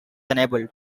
enabled